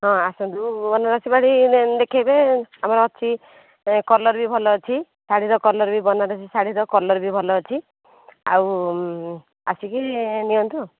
ହଁ ଆସନ୍ତୁ ନୂଆ ନୂଆ ଦେଖାଇବେ ଆମର ଅଛି କଲର୍ ବି ଭଲ ଅଛି ଶାଢ଼ୀର କଲର୍ ବି ବନାରସୀ ଶାଢ଼ୀର କଲର୍ ବି ଭଲ ଅଛି ଆଉ ଆସିକି ନିଅନ୍ତୁ ଆଉ